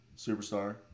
Superstar